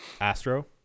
astro